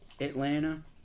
Atlanta